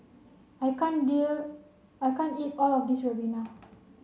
I can't dear I can't eat all of this Ribena